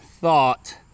thought